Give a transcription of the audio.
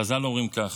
חז"ל אומרים כך: